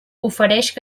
ofereix